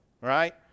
right